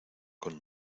con